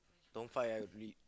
don't fight ah re~